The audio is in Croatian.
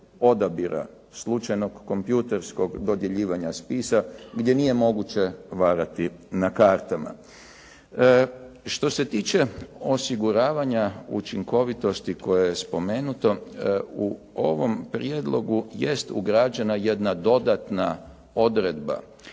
odabira, slučajnog kompjuterskog dodjeljivanja spisa gdje nije moguće varati na kartama. Što se tiče osiguravanja učinkovitosti koje je spomenuto, u ovom prijedlogu jest ugrađena jedna dodatna odredba.